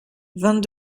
vingt